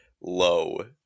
low